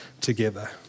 together